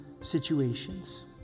situations